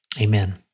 amen